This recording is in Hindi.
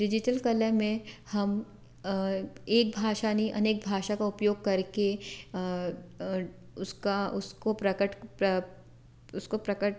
डिजिटल कला में हम एक भाषा नहीं अनेक भाषा का उपयोग कर के उसका उसको प्रकट उसको प्रकट